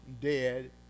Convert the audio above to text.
dead